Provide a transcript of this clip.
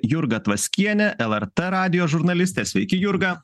jurga tvaskienė lrt radijo žurnalistė sveiki jurga